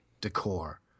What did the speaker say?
decor